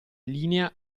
linea